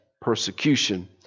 persecution